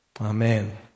Amen